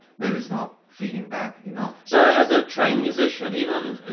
maybe it's not feeding back enough? so, as a trained musician, even.